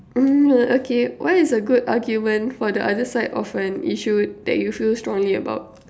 mm okay what is a good argument for the other side of an issue that you feel strongly about